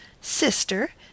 Sister